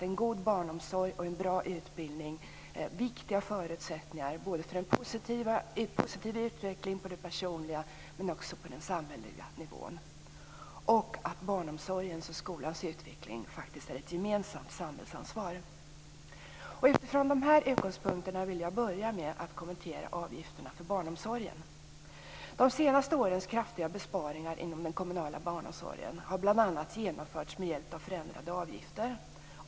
En god barnomsorg och en bra utbildning är viktiga förutsättningar för en positiv utveckling på det personliga planet men också på den samhälleliga nivån. Barnomsorgens och skolans utveckling är ett gemensamt samhällsansvar. Utifrån dessa utgångspunkter vill jag börja med att kommentera avgifterna för barnomsorgen. De senaste årens kraftiga besparingar inom den kommunala barnomsorgen har bl.a. genomförts med hjälp av förändrade avgifter.